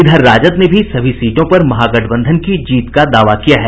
इधर राजद ने भी सभी सीटों पर महागठबंधन की जीत का दावा किया है